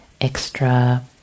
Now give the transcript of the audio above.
extra